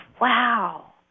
wow